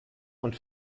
und